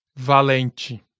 Valente